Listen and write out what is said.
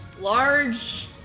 large